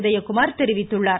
உதயகுமார் தெரிவித்துள்ளார்